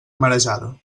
marejada